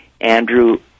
Andrew